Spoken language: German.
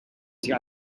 sich